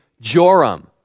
Joram